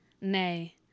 Nay